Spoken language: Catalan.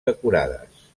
decorades